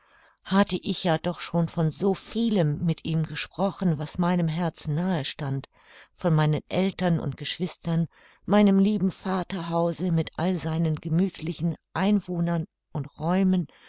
hatte ich ja doch schon von so vielem mit ihm gesprochen was meinem herzen nahe stand von meinen eltern und geschwistern meinem lieben vaterhause mit all seinen gemüthlichen einwohnern und räumen